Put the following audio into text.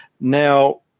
Now